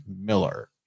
Miller